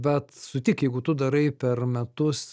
bet sutik jeigu tu darai per metus